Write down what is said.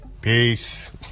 Peace